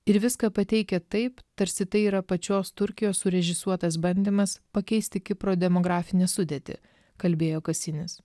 ir viską pateikia taip tarsi tai yra pačios turkijos surežisuotas bandymas pakeisti kipro demografinę sudėtį kalbėjo kasinis